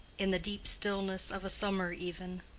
in the deep stillness of a summer even,